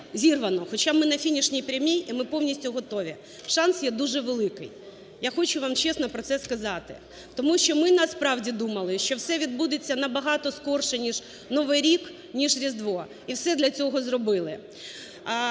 хоча ми на фінішній прямій і ми повністю готові, шанс є дуже великий, я хочу вам чесно про це сказати. Тому що ми, насправді, думали, що все відбудеться на багато скорше ніж Новий рік, ніж Різдво, і все для цього зробили…